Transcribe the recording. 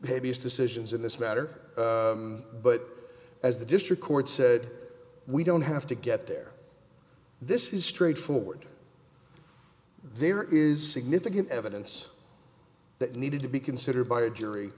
heaviest decisions in this matter but as the district court said we don't have to get there this is straight forward there is significant evidence that needed to be considered by a jury